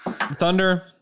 Thunder